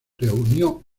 reunió